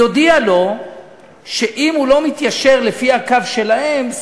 היא הודיעה לו שאם הוא לא מתיישר לפי הקו שלהם,